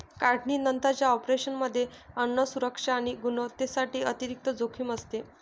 काढणीनंतरच्या ऑपरेशनमध्ये अन्न सुरक्षा आणि गुणवत्तेसाठी अतिरिक्त जोखीम असते